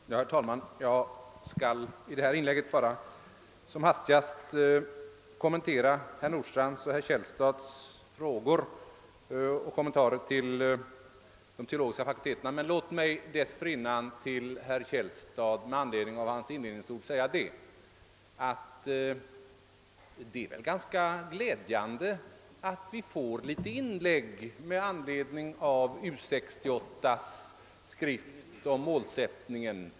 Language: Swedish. Herr talman! Jag skall i detta inlägg som hastigast kommentera herr Nordstrandhs och herr Källstads frågor beträffande de teologiska fakulteterna, men låt mig dessförinnan till herr Källstad med anledning av hans inledningsord säga, att det väl är ganska glädjande att vi får några inlägg i anslutning till U 68:s skrift om målsättningen.